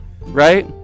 right